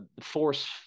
force